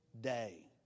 day